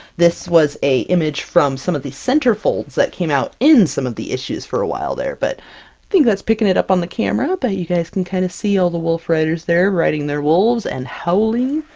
this was a image from some of the centerfolds that came out in some of the issues for a while there. but i think that's picking it up on the camera, but you guys can kind of see all the wolfriders, there. riding their wolves and howling!